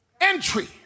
entry